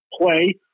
play